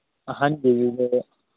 ꯑꯍꯟꯒꯤꯗꯨꯗꯤ